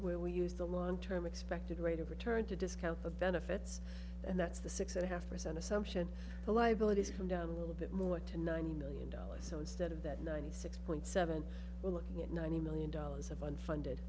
where we use the long term expected rate of return to discount of benefits and that's the six and a half percent assumption the liabilities from down a little bit more to ninety million dollars so instead of that ninety six point seven we're looking at ninety million dollars of unfunded